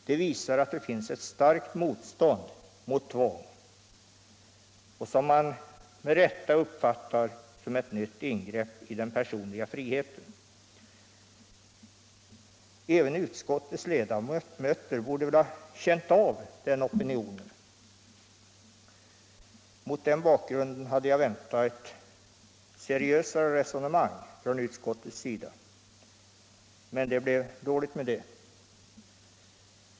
Det visar att det finns ett starkt motstånd mot tvång på detta område, något som man med rätta uppfattar som ett nytt ingrepp i den personliga friheten. Även utskottets ledamöter borde väl ha känt av denna opinion. Mot den bakgrunden hade jag väntat ett seriösare resonemang från utskottet. Men därav blev intet.